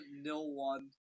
nil-one